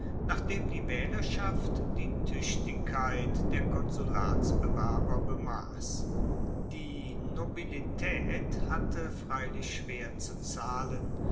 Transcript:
dem die waehlerschaft die tuechtigkeit der konsulatsbewerber bemass die nobilitaet hatte freilich schwer zu zahlen